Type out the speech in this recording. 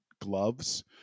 gloves